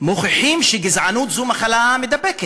מוכיחים שגזענות היא מחלה מידבקת,